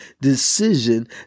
decision